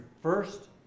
first